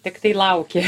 tiktai lauki